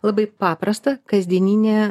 labai paprastą kasdieninę